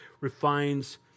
refines